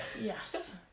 Yes